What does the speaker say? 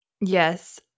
Yes